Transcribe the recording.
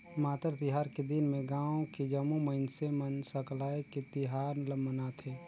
मातर तिहार के दिन में गाँव के जम्मो मइनसे मन सकलाये के तिहार ल मनाथे